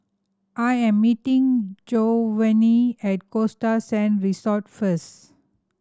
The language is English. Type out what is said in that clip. I am meeting Jovanny at Costa Sand Resort first